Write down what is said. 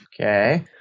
Okay